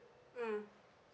mm